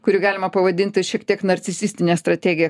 kurį galima pavadinti šiek tiek narcisistine strategija